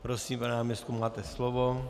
Prosím, pane náměstku, máte slovo.